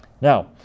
Now